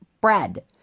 bread